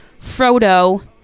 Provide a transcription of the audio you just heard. Frodo